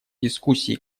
дискуссии